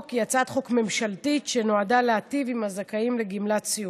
היא הצעת חוק ממשלתית שנועדה להיטיב עם הזכאים לגמלת סיעוד.